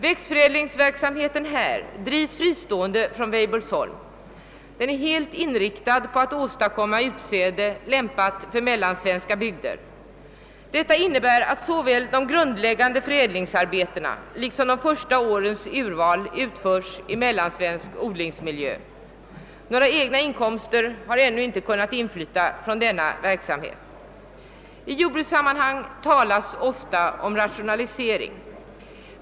Växtförädlingsverksamheten där drives fristående från Weibullsholm och är helt inriktad på att åstadkomma utsäde lämpat för mellansvenska bygder. Detta innebär att såväl det grundläggande förädlingsarbetet som de första årens urval utförs i mellansvensk odlingsmiljö. Några egna inkomster har ännu inte kunnat inflyta från denna verksamhet. I jordbrukssammanhang talas ofta om rationalisering.